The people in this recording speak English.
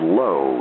low